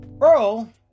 Earl